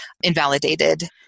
invalidated